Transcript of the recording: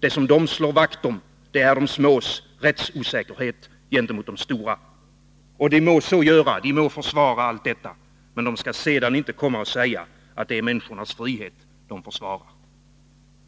Det som de slår vakt om är de smås rättsosäkerhet gentemot de stora. Moderaterna må så göra. De må försvara allt detta, men de skall sedan inte komma och säga att det är människornas frihet som de försvarar.